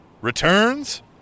Returns